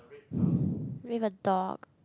with a dog